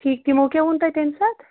ٹھیٖک تِمَو کیٛاہ ووٚن تۄہہِ تَمہِ ساتہٕ